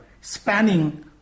spanning